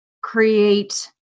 create